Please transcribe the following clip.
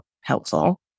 helpful